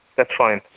that's fine,